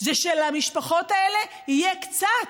זה שלמשפחות האלה יהיה קצת,